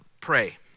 pray